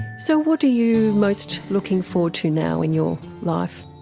so what are you most looking forward to now in your life?